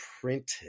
printed